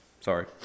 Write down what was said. sorry